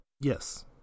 yes